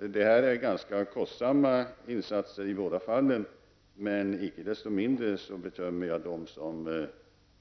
Det är i båda fallen fråga om ganska kostsamma insatser, men icke desto mindre bedömer jag det som